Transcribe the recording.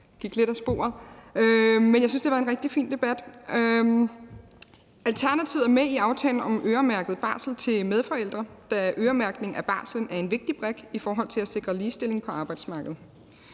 lidt af sporet. Men jeg synes, det var en rigtig fin debat. Alternativet er med i aftalen om øremærket barsel til medforældre, da øremærkning af barslen er en vigtig brik i forhold til at sikre ligestilling på arbejdsmarkedet.